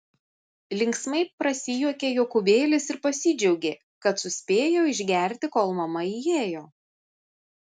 linksmai prasijuokė jokūbėlis ir pasidžiaugė kad suspėjo išgerti kol mama įėjo